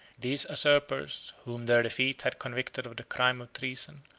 these usurpers, whom their defeat had convicted of the crime of treason,